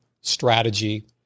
strategy